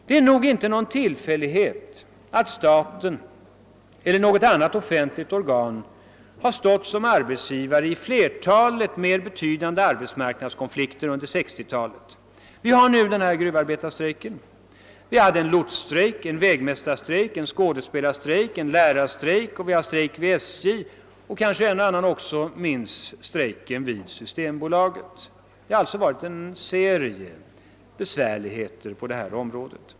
Det är nog inte någon tillfällighet att staten eller något annat offentligt organ har stått som arbetsgivare i flertalet mer betydande arbetsmarknadskonflikter under 1960-talet. Vi har nu gruvarbetarstrejken. Vi har haft en lotsstrejk, en vägmästarstrejk, en skådespelarstrejk, en lärarstrejk, en strejk vid SJ — och kanske en och annan även minns strejken vid systembolaget. Det har alltså varit en serie svårigheter på detta område.